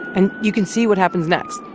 and you can see what happens next.